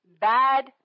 bad